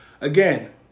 again